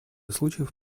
случаев